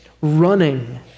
Running